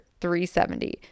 $370